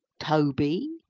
toby,